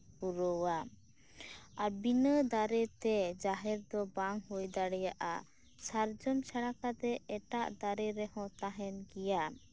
ᱯᱩᱨᱟᱹᱣᱟ ᱟᱨ ᱵᱤᱱᱟᱹ ᱫᱟᱨᱮᱛᱮ ᱡᱟᱦᱮᱨ ᱫᱚ ᱵᱟᱝ ᱦᱳᱭ ᱫᱟᱲᱮᱭᱟᱜᱼᱟ ᱥᱟᱨᱡᱚᱢ ᱪᱷᱟᱲᱟ ᱠᱟᱛᱮ ᱮᱴᱟᱜ ᱫᱟᱨᱮ ᱨᱮᱦᱚᱸ ᱛᱟᱦᱮᱱ ᱜᱮᱭᱟ